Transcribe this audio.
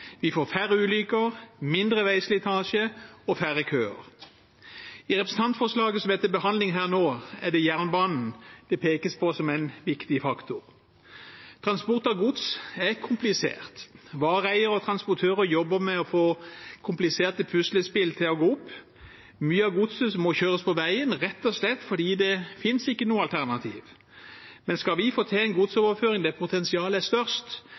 Vi får færre ulykker, mindre veislitasje og færre køer. I representantforslaget som er til behandling her nå, er det jernbanen det pekes på som en viktig faktor. Transport av gods er komplisert. Vareeier og transportører jobber med å få kompliserte puslespill til å gå opp. Mye av godset må kjøres på veien rett og slett fordi det ikke finnes noe alternativ, men skal vi få til en godsoverføring der potensialet er størst,